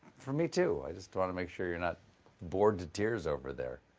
for me, too. i just want to make sure you're not bored to tears over there.